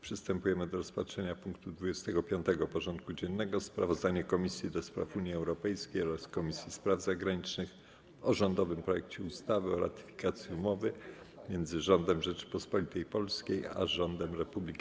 Przystępujemy do rozpatrzenia punktu 25. porządku dziennego: Sprawozdanie Komisji do Spraw Unii Europejskiej oraz Komisji Spraw Zagranicznych o rządowym projekcie ustawy o ratyfikacji Umowy między Rządem Rzeczypospolitej Polskiej a Rządem Republiki